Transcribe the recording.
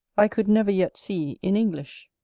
i could never yet see in english.